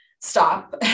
stop